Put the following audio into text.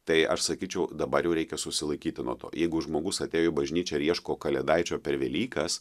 tai aš sakyčiau dabar jau reikia susilaikyti nuo to jeigu žmogus atėjo į bažnyčią ir ieško kalėdaičio per velykas